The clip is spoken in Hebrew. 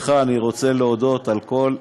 לך אני רוצה להודות על כל,